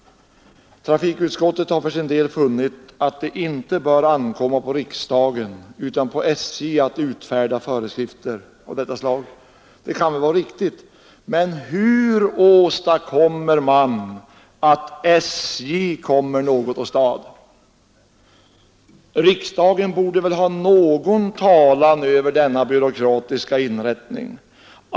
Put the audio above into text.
Trafikutskottet har för sin del funnit att det inte bör ankomma på riksdagen utan på SJ att utfärda föreskrifter av detta slag. Det kan väl vara riktigt. Men hur åstadkommer man att SJ kommer något åstad? Riksdagen borde väl ha någon talan över denna byråkratiska inrättning.